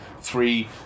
three